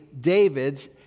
David's